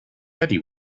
betty